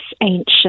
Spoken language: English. ancient